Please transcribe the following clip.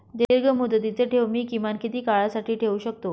दीर्घमुदतीचे ठेव मी किमान किती काळासाठी ठेवू शकतो?